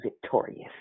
victorious